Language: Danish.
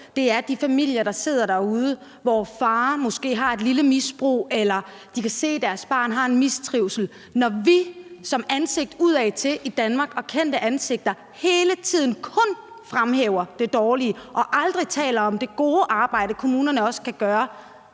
at der er familier, der sidder derude, hvor far måske har et lille misbrug eller de kan se, at deres barn mistrives, og når vi som ansigt udadtil i Danmark og kendte ansigter hele tiden kun fremhæver det dårlige og aldrig taler om det gode arbejde, kommunerne også kan gøre,